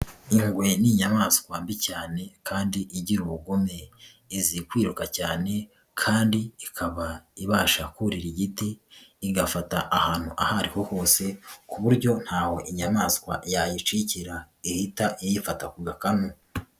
Ingwe ni inyamaswa mbi cyane kandi igira ubugome, izi kwiruka cyane kandi ikaba ibasha kurira igiti, igafata ahantu aho ariho hose, ku buryo ntaho inyamaswa yayicikira, ihita iyifata ku gakanu.